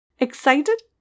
Excited